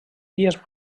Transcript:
illes